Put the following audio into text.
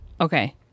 Okay